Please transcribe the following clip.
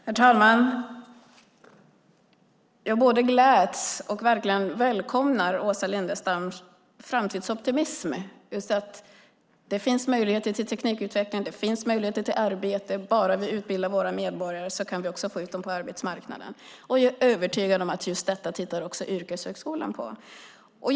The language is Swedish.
Herr talman! Jag både gläds åt och välkomnar Åsa Lindestams framtidsoptimism. Det finns möjlighet till teknikutveckling och möjligheter till arbete bara vi utbildar våra medborgare och får ut dem på arbetsmarknaden. Jag är övertygad om att också Yrkeshögskolan tittar på just detta.